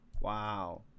Wow